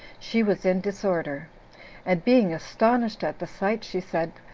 she was in disorder and being astonished at the sight, she said,